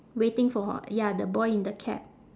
waiting for ya the boy in the cap